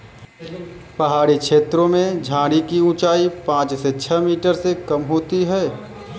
पहाड़ी छेत्रों में झाड़ी की ऊंचाई पांच से छ मीटर से कम होती है